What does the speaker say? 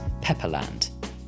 Pepperland